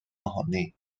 ohoni